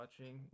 watching